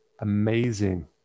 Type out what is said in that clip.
amazing